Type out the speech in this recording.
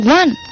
one